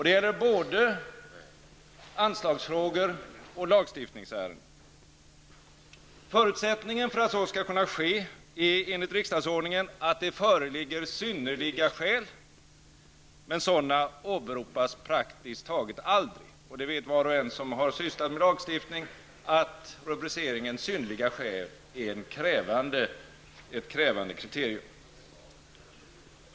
Det gäller både anslagsfrågor och lagstiftningsärenden. Förutsättningen för att så skall kunna ske är enligt riksdagsordningen att det föreligger synnerliga skäl, men sådana åberopas praktiskt taget aldrig. Var och en som har sysslat med lagstiftning vet att ''synnerliga skäl'' är ett krävande kriterium.